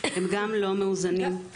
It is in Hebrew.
הם גם לא מאוזנים עד הסוף.